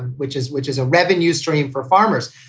which is which is a revenue stream for farmers.